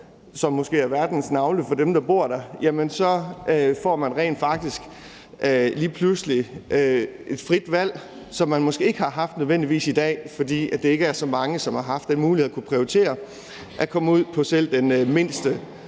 som måske er verdens navle for dem, der bor der, så får man rent faktisk lige pludselig et frit valg, som man måske ikke nødvendigvis ville have haft i dag, fordi det ikke er så mange, som har haft den mulighed at kunne prioritere at komme ud til selv den mindste